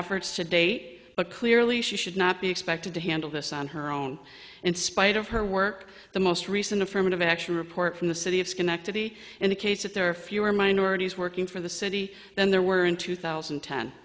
efforts to date but clearly she should not be expected to handle this on her own in spite of her work the most recent affirmative action report from the city of schenectady in the case that there are fewer minorities working for the city than there were in two thousand